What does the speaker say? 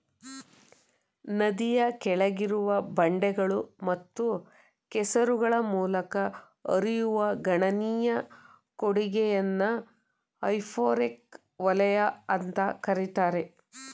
ನದಿಯ ಕೆಳಗಿರುವ ಬಂಡೆಗಳು ಮತ್ತು ಕೆಸರುಗಳ ಮೂಲಕ ಹರಿಯುವ ಗಣನೀಯ ಕೊಡುಗೆಯನ್ನ ಹೈಪೋರೆಕ್ ವಲಯ ಅಂತ ಕರೀತಾರೆ